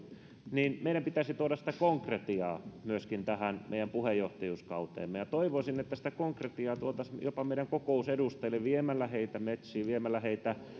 niin meidän pitäisi tuoda sitä konkretiaa myöskin tähän meidän puheenjohtajuuskauteemme ja toivoisin että sitä konkretiaa tuotaisiin jopa meidän kokousedustajillemme viemällä heitä metsiin viemällä heitä